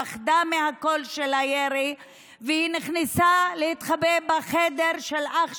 היא פחדה מהקול של הירי והיא נכנסה להתחבא בחדר של אח שלה,